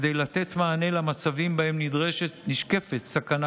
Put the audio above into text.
כדי לתת מענה למצבים שבהם נשקפת סכנה